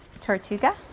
Tortuga